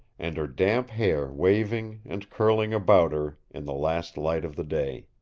and her damp hair waving and curling about her in the last light of the day.